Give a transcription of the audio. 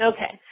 Okay